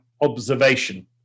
observation